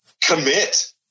Commit